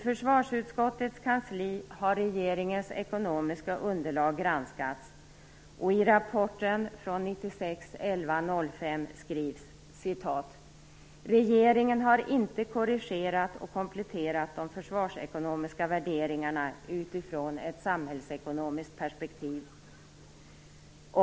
I försvarsutskottets kansli har regeringens ekonomiska underlag granskats, och i rapporten av den 5 november 1996 heter det: "Regeringen har inte korrigerat och kompletterat de försvarsekonomiska värderingarna utifrån ett samhällsekonomiskt perspektiv."